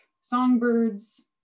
songbirds